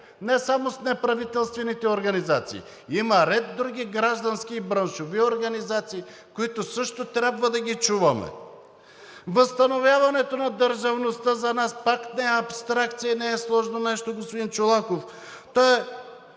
не само с неправителствените организации – има ред други граждански и браншови организации, които също трябва да чуваме. Възстановяването на държавността за нас пак не е абстракция и не е сложно нещо, господин Чолаков,